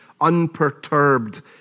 unperturbed